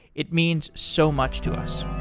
it means so much to us